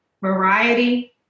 variety